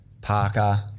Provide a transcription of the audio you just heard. Parker